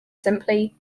simply